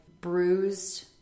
bruised